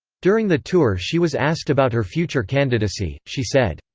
during the tour she was asked about her future candidacy she said,